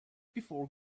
before